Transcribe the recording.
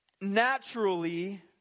Naturally